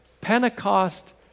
Pentecost